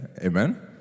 amen